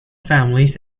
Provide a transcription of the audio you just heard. families